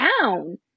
down